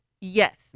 Yes